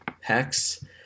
hex